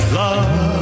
love